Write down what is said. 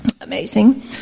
amazing